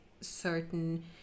certain